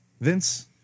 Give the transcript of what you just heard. Vince